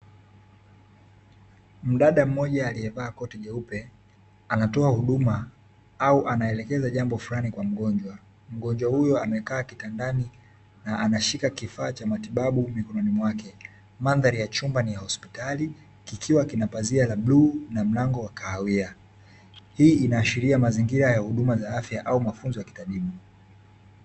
Mdada mmoja aliyevaa koti jeupe, anatoa huduma au anaelekeza jambo fulani kwa mgonjwa. Mgonjwa huyo amekaa kitandani na anashika kifaa cha matibabu mikononi mwake. Mandhari ya chumba ni ya hospitali, kikiwa kina pazia la bluu na mlango wa kahawia. Hii inaashiria mazingira ya huduma za afya au mafunzo ya kitabibu.